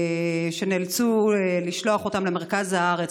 שנאלצו לשלוח אותם למרכז הארץ,